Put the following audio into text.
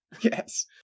Yes